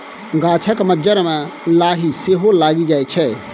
गाछक मज्जर मे लाही सेहो लागि जाइ छै